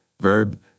Verb